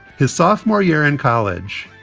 his sophomore year in college.